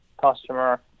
customer